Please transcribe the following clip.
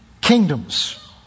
kingdoms